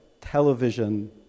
television